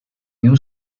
you